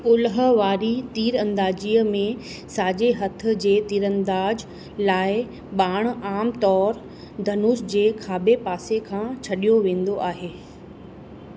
ओलह वारी तीरअंदाजीअ में साजे हथ जे तीरंदाज़ लाइ ॿाणु आमु तौरु धनुष जे खाॿे पासे खां छॾियो वेंदो आहे